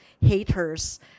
Haters